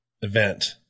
event